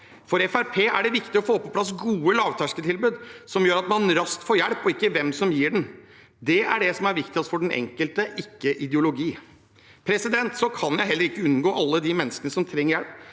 er det viktig å få på plass gode lavterskeltilbud som gjør at man raskt får hjelp, ikke hvem som gir tilbudet. Det er det som er viktigst for den enkelte, ikke ideologi. Jeg kan heller ikke unngå alle de menneskene som trenger hjelp,